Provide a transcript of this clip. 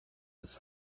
was